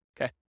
Okay